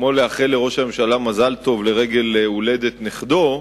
מזל טוב לרגל הולדת נכדו,